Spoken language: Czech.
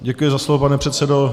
Děkuji za slovo, pane předsedo.